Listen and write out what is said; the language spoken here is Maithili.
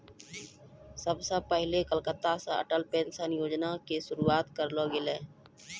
सभ से पहिले कलकत्ता से अटल पेंशन योजना के शुरुआत करलो गेलै